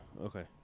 Okay